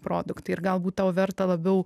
produktai ir galbūt tau verta labiau